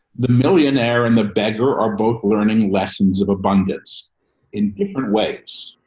the millionaire and the beggar are both learning lessons of abundance in different ways.